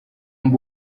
mba